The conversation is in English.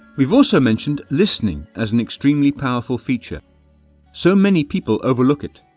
we've also mentioned listening as an extremely powerful feature so many people overlook it.